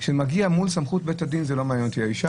כשזה נוגע לסמכות בית הדין לא מעניינת אותם האישה,